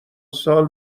سال